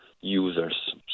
users